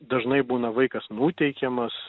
dažnai būna vaikas nuteikiamas